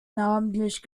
namentlich